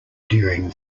during